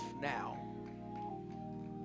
now